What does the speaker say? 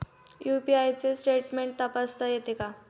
UPI चे statement तपासता येते का?